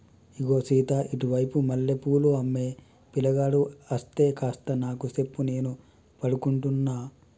ఇగో సీత ఇటు వైపు మల్లె పూలు అమ్మే పిలగాడు అస్తే కాస్త నాకు సెప్పు నేను పడుకుంటున్న